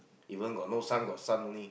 even got no sun got sun only